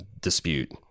dispute